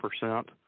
percent